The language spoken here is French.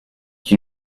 qui